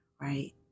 right